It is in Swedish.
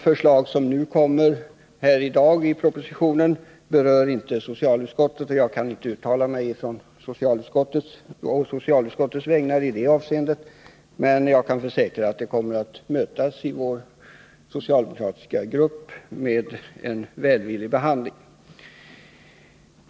Förslagen i proposition 100 berör inte socialutskottet, varför jag inte kan uttala mig å socialutskottets vägnar. Men jag kan försäkra att propositionen kommer att få en välvillig behandling av den socialdemokratiska gruppen.